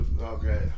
okay